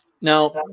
Now